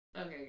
Okay